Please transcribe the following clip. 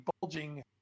bulging